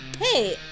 Hey